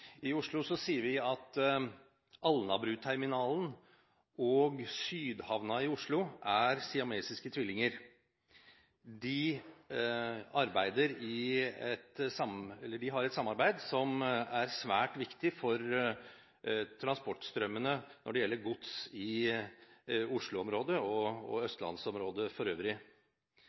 I Oslo sier vi at Alnabruterminalen og Sydhavna er siamesiske tvillinger. De har et samarbeid som er svært viktig for transportstrømmene når det gjelder gods i Oslo-området og østlandsområdet for øvrig.